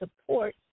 support